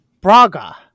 Braga